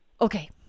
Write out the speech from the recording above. Okay